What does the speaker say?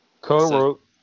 co-wrote